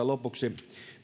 lopuksi